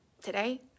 Today